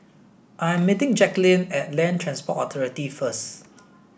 I am meeting Jacquline at Land Transport Authority first